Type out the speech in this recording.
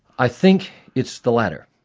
i think it's the latter.